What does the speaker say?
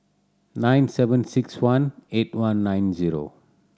nine seven six one eight one nine zero